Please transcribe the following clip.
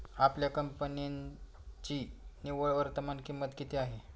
आपल्या कंपन्यांची निव्वळ वर्तमान किंमत किती आहे?